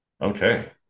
Okay